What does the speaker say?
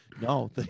No